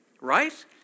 right